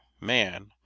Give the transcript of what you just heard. man